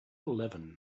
eleven